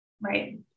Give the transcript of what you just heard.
Right